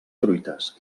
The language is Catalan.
truites